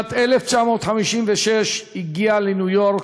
בשנת 1956 הגיע לניו-יורק,